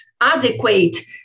adequate